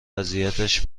اذیتش